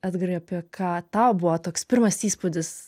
edgarai apie ką tau buvo toks pirmas įspūdis